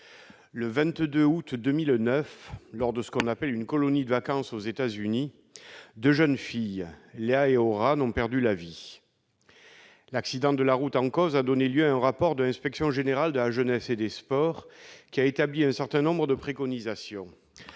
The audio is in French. Le 22 août 2009, lors d'une colonie de vacances aux États-Unis, deux jeunes filles, Léa et Orane, ont perdu la vie dans un accident de la route. Cet accident a donné lieu à un rapport de l'inspection générale de la jeunesse et des sports, qui a établi un certain nombre de préconisations,